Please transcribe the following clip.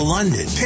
London